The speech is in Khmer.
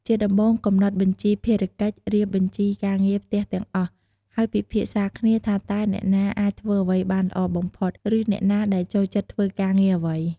ជាដំបូង កំណត់បញ្ជីភារកិច្ច រៀបបញ្ជីការងារផ្ទះទាំងអស់ ហើយពិភាក្សាគ្នាថាតើអ្នកណាអាចធ្វើអ្វីបានល្អបំផុត ឬអ្នកណាដែលចូលចិត្តធ្វើការងារអ្វី។